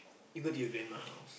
you go to your grandma house